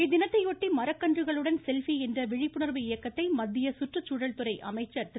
இத்தினத்தையொட்டி மரக்கன்றுகளுடன் செல்ஃபி என்ற விழிப்புணர்வு இயக்கத்தை மத்திய சுற்றுச்சூழல்துறை அமைச்சர் திரு